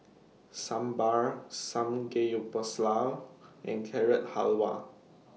Sambar Samgeyopsal and Carrot Halwa